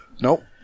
Nope